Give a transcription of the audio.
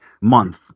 month